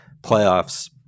playoffs